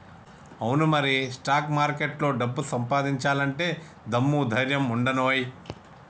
అవును మరి స్టాక్ మార్కెట్లో డబ్బు సంపాదించాలంటే దమ్ము ధైర్యం ఉండానోయ్